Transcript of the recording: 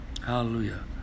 Hallelujah